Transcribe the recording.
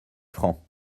francs